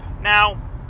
Now